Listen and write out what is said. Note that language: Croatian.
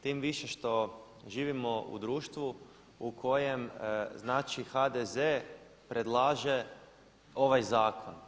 Tim više što živimo u društvu u kojem znači HDZ predlaže ovaj zakon.